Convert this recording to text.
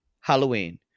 Halloween